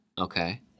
Okay